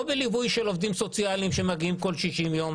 לא בלווי של עובדים סוציאליים שמגיעים כל 60 יום,